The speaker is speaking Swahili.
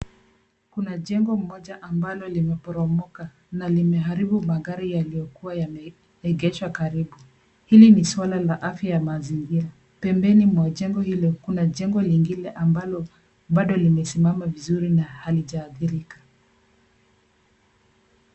Kuna jengo moja ambalo limeporomoka na limeharibu magari yalikokuwa yameegeshwa karibu. Hili ni swala la afya ya mazingira. Pembeni mwa jengo hilo kuna jengo lingine ambalo bado limesimama vizuri na halijaadhirika.